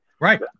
Right